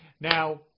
Now